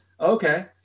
Okay